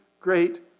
great